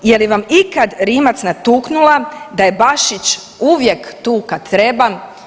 Je li vam ikada Rimac natuknula da je Bašić uvijek tu kada treba?